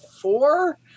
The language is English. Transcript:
Four